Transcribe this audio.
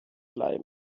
bleiben